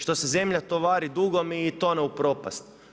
Što se zemlja tovari dugom i tone u propast.